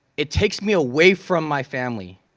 it takes me away from my family.